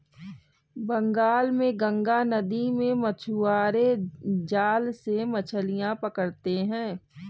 बंगाल में गंगा नदी में मछुआरे जाल से मछलियां पकड़ते हैं